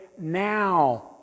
now